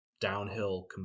downhill